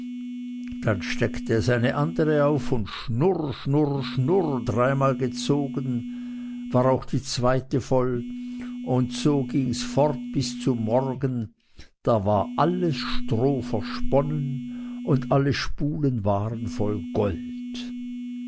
dann steckte es eine andere auf und schnurr schnurr schnurr dreimal gezogen war auch die zweite voll und so gings fort bis zum morgen da war alles stroh versponnen und alle spulen waren voll gold